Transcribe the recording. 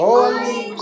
Holy